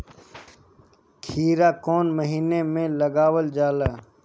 खीरा कौन महीना में लगावल जाला?